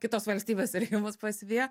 kitos valstybės irgi mus pasivijo